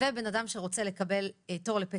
אדם שרוצה לקבל תור זה